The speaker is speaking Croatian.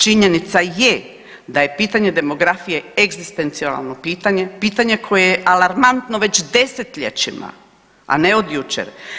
Činjenica je da je pitanje demografije egzistencijalno pitanje, pitanje koje je alarmantno već desetljećima, a ne od jučer.